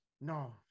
no